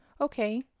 okay